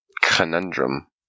conundrum